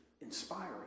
inspiring